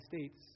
States